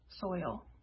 soil